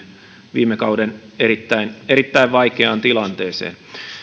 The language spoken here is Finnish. viime kauden erittäin erittäin vaikeaan tilanteeseen